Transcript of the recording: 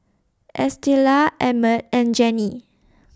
Estela Emmet and Jenni